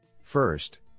First